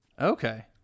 Okay